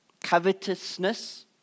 Covetousness